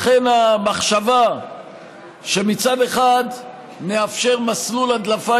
לכן המחשבה שמצד אחד נאפשר מסלול הדלפה